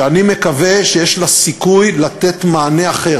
שאני מקווה שיש לה סיכוי לתת מענה אחר,